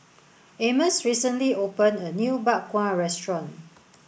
Amos recently open a new Bak Kwa restaurant